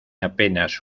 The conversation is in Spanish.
apenas